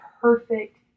perfect